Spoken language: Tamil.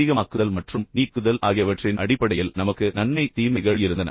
அதிகமாக்குதல் மற்றும் நீக்குதல் ஆகியவற்றின் அடிப்படையில் நமக்கு நன்மை தீமைகள் இருந்தன